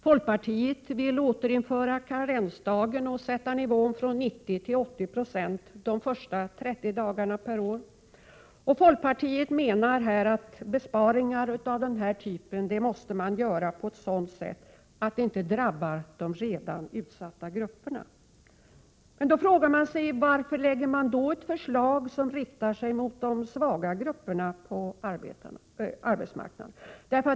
Folkpartiet vill återinföra karensdagen och sänka ersättningsnivån från 90 96 till 80 96 under de 30 första sjukdagarna. Folkpartiet anser att besparingar av detta slag måste göras, så att de inte drabbar de redan utsatta grupperna. Men varför lägger då folkpartiet fram ett förslag som riktar sig mot de svaga grupperna på arbetsmarknaden?